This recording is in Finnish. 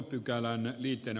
ahteen esitystä